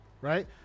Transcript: right